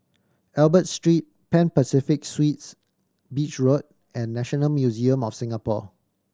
Albert Street Pan Pacific Suites Beach Road and National Museum of Singapore